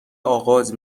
آغاز